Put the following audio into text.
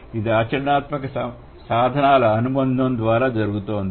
అది ఆచరణాత్మక సాధనాల అనుబంధం ద్వారా జరుగుతుంది